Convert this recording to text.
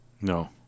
No